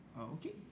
okay